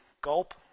gulp